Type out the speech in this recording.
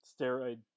steroid